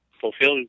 fulfill